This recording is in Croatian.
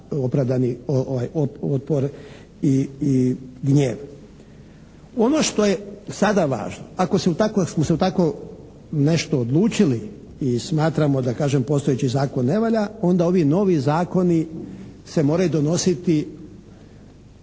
opravdani otpor i gnjev. Ono što je sada važno, ako smo se za tako nešto odlučili i smatramo da kažem postojeći zakon ne valja, onda ovi novi zakoni se moraju donositi,